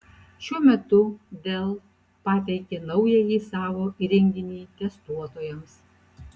šiuo metu dell pateikė naująjį savo įrenginį testuotojams